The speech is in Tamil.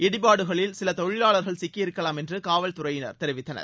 இடிபாடுகளில் சில தொழிலாளர்கள் சிக்கி இருக்கலாம் என்று காவல்துறையினர் தெரிவித்தனர்